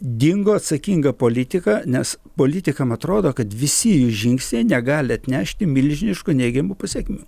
dingo atsakinga politika nes politikam atrodo kad visi jų žingsniai negali atnešti milžiniškų neigiamų pasekmių